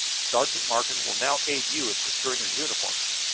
sergeant martin will now aid you in procuring your uniforms.